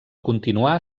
continuar